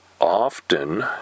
often